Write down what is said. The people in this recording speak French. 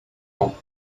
ans